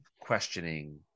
questioning